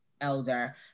elder